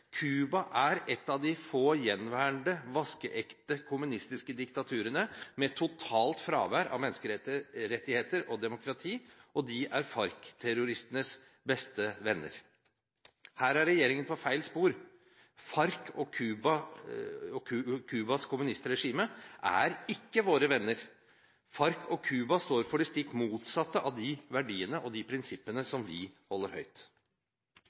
er et av de få gjenværende vaskeekte kommunistiske diktaturene med totalt fravær av menneskerettigheter og demokrati, og de er FARC-terroristenes beste venner. Her er regjeringen på feil spor. FARC og Cubas kommunistregime er ikke våre venner. FARC og Cubas kommunistregime står for det stikk motsatte av de verdiene og de prinsippene som vi holder høyt.